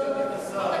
גברתי סגנית השר,